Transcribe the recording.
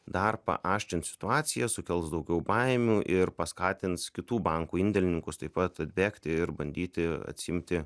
dar paaštrins situaciją sukels daugiau baimių ir paskatins kitų bankų indėlininkus taip pat atbėgti ir bandyti atsiimti